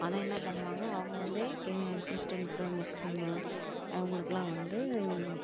அதை என்ன பண்ணுவாங்க அவங்க வந்து கிறிஸ்டின்ஸ்ஸு முஸ்லீமு அவங்களுக்குலாம் வந்து